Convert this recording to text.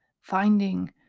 finding